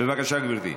בבקשה, גברתי.